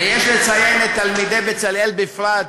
ויש לציין את תלמידי "בצלאל" בפרט,